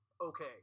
okay